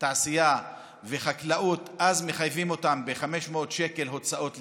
התעשייה ובחקלאות מחייבים אותם ב-500 שקל הוצאות לינה,